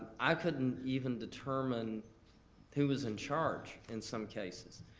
i couldn't even determine who was in charge in some cases.